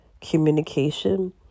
communication